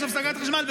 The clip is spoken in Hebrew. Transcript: יש הפסקת חשמל,